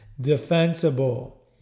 defensible